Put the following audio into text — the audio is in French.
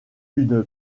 une